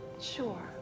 Sure